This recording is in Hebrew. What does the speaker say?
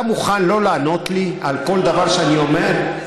אתה מוכן לא לענות לי על כל דבר שאני אומר?